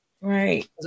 right